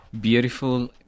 Beautiful